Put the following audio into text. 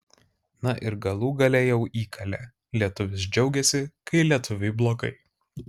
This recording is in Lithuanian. na ir galų gale jau įkalė lietuvis džiaugiasi kai lietuviui blogai